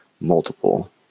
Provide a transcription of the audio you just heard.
multiple